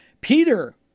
Peter